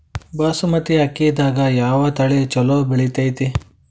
ಬಾಸುಮತಿ ಅಕ್ಕಿದಾಗ ಯಾವ ತಳಿ ಛಲೋ ಬೆಳಿತೈತಿ?